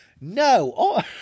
no